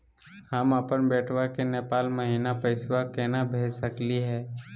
हम अपन बेटवा के नेपाल महिना पैसवा केना भेज सकली हे?